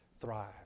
thrive